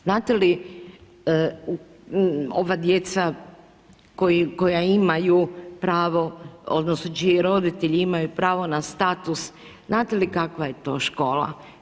Znate li, ova djeca koja imaju pravo odnosno čiji roditelji imaju pravo na status, znate li kakva je to škola?